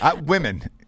Women